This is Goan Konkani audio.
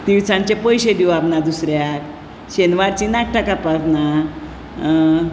तिनसानचे पयशे दिवप ना दुसऱ्याक शेनवारची नाखटां कापाप ना